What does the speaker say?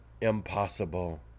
impossible